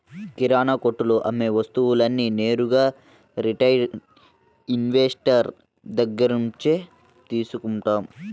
కిరణాకొట్టులో అమ్మే వస్తువులన్నీ నేరుగా రిటైల్ ఇన్వెస్టర్ దగ్గర్నుంచే తీసుకుంటాం